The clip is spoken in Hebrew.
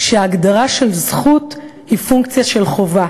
שההגדרה של זכות היא פונקציה של חובה.